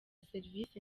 serivisi